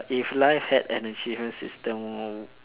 if life had an achievement system